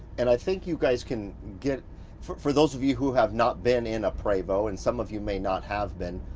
and i think you guys can, for for those of you who have not been in a prevost, and some of you may not have been,